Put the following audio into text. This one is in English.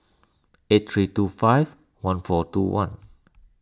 eight three two five one four two one